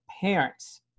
parents